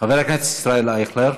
חבר הכנסת ישראל אייכלר.